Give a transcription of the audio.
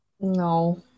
No